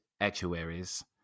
actuaries